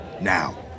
Now